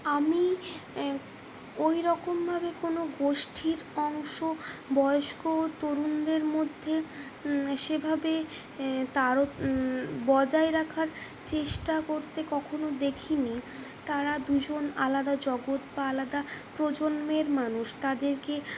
আমি ওইরকমভাবে কোনো গোষ্ঠীর অংশ বয়স্ক তরুণদের মধ্যে সেভাবে তারো বজায় রাখার চেষ্টা করতে কখনও দেখিনি তারা দুজন আলাদা জগৎ বা আলাদা প্রজন্মের মানুষ তাদেরকে